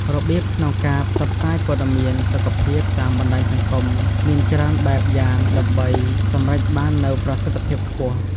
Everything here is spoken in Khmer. របៀបក្នុងការផ្សព្វផ្សាយព័ត៌មានសុខភាពតាមបណ្តាញសង្គមមានច្រើនបែបយ៉ាងដើម្បីសម្រេចបាននូវប្រសិទ្ធភាពខ្ពស់។